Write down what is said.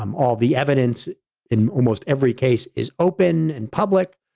um all the evidence in almost every case is open and public.